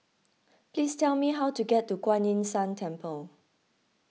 please tell me how to get to Kuan Yin San Temple